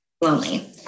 lonely